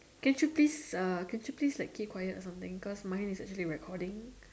can you please uh can you please like keep quiet or something cause mine is actually recording